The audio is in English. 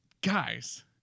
guys